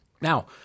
Now